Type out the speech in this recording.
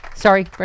Sorry